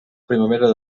primavera